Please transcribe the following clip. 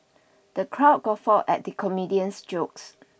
the crowd guffawed at the comedian's jokes